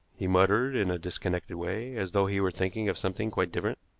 he muttered in a disconnected way, as though he were thinking of something quite different.